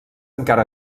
encara